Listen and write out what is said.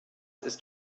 ist